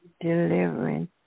delivering